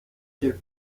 qu’elle